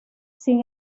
sin